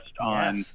on